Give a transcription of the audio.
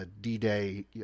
D-Day